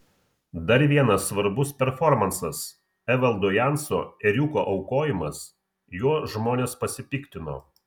dar vienas svarbus performansas evaldo janso ėriuko aukojimas juo žmonės pasipiktino